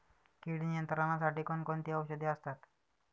कीड नियंत्रणासाठी कोण कोणती औषधे असतात?